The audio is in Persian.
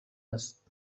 است